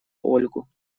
ольгу